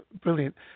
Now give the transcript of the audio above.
brilliant